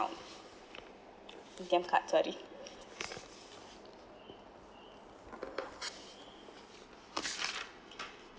A_T_M card sorry